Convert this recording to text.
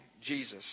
jesus